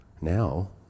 now